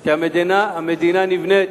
כי המדינה נבנית,